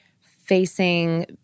facing